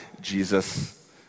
Jesus